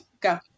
go